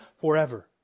forever